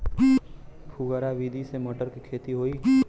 फुहरा विधि से मटर के खेती होई